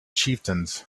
chieftains